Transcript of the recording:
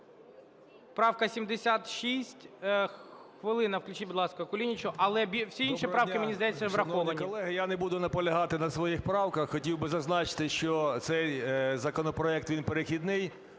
Правка 76. Хвилина, включіть, будь ласка, Кулінічу. Але всі інші правки, мені здається, враховані. 11:37:52 КУЛІНІЧ О.І. Доброго дня, шановні колеги! Я не буду наполягати на своїх правках. Хотів би зазначити, що цей законопроект, він перехідний.